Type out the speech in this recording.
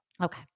Okay